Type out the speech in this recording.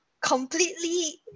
completely